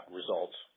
results